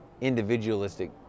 individualistic